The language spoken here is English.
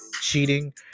cheating